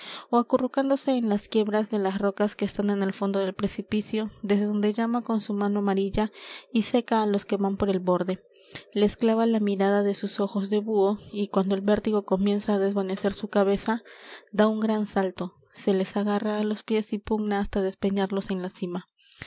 criatura ó acurrucándose en las quiebras de las rocas que están en el fondo del precipicio desde donde llama con su mano amarilla y seca á los que van por el borde les clava la mirada de sus ojos de buho y cuando el vértigo comienza á desvanecer su cabeza da un gran salto se les agarra á los pies y pugna hasta despeñarlos en la sima